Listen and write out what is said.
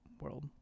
world